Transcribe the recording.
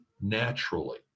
naturally